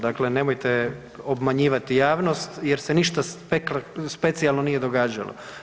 Dakle, nemojte obmanjivati javnost jer se ništa specijalno nije događalo.